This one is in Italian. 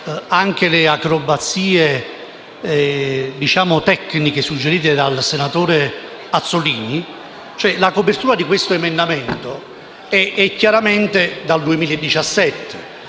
là delle acrobazie tecniche suggerite dal senatore Azzollini, la copertura di questo emendamento è chiaramente dal 2017.